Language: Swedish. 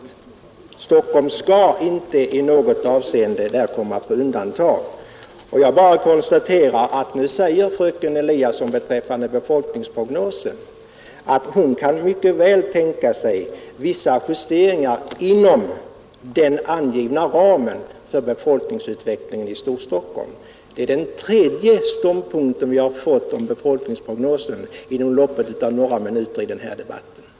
Stockholm skall inte i något avseende komma på undantag. Jag konstaterar att fröken Eliasson beträffande befolkningsprognosen nu säger att hon mycket väl kan tänka sig vissa justeringar inom den angivna ramen för befolkningsutvecklingen i Stockholm. Det är den tredje ståndpunkt till befolkningsprognosen som har intagits i denna debatt under loppet av några minuter.